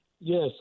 Yes